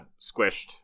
squished